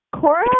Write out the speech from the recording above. Cora